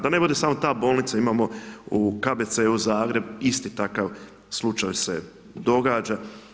Da ne bude samo ta bolnica, imamo u KBC Zagreb isti takav slučaj se događa.